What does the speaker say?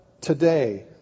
today